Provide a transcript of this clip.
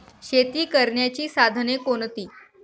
शेती करण्याची साधने कोणती?